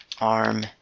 ARM